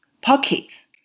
pockets